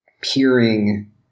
peering